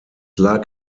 lag